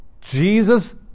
Jesus